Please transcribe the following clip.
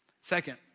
Second